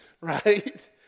right